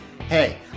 Hey